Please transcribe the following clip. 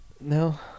No